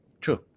True